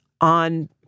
on